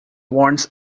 warns